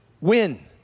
Win